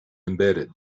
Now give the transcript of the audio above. embedded